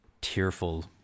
tearful